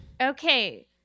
Okay